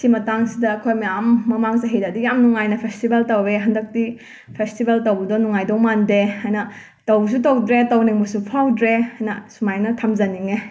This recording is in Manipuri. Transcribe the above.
ꯁꯤ ꯃꯇꯥꯡꯁꯤꯗ ꯑꯩꯈꯣꯏ ꯃꯌꯥꯝꯝ ꯃꯃꯥꯡ ꯆꯍꯤꯗꯗꯤ ꯌꯥꯝ ꯅꯨꯡꯉꯥꯏꯅ ꯐꯦꯁꯇꯤꯕꯦꯜ ꯇꯧꯋꯦ ꯍꯟꯗꯛꯇꯤ ꯐꯦꯁꯇꯤꯕꯦꯜ ꯇꯧꯕꯗꯣ ꯅꯨꯉꯥꯏꯗꯧ ꯃꯥꯟꯗꯦ ꯍꯥꯏꯅ ꯇꯧꯕꯁꯨ ꯇꯧꯗ꯭ꯔꯦ ꯇꯧꯅꯤꯡꯕꯁꯨ ꯐꯥꯎꯗ꯭ꯔꯦꯅ ꯁꯨꯃꯥꯏꯅ ꯊꯝꯖꯅꯤꯡꯉꯦ